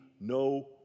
no